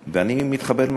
אני מתחבר עם מה שאת אומרת,